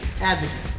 Advocate